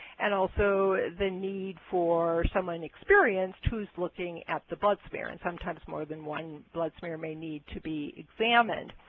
and also the need for someone experienced who's looking at the blood smear, and sometimes more than one blood smear may need to be examined.